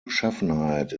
beschaffenheit